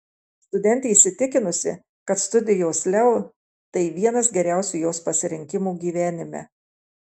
studentė įsitikinusi kad studijos leu tai vienas geriausių jos pasirinkimų gyvenime